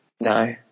No